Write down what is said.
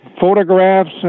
photographs